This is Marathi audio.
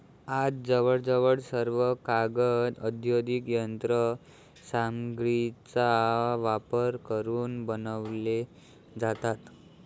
आज जवळजवळ सर्व कागद औद्योगिक यंत्र सामग्रीचा वापर करून बनवले जातात